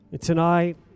tonight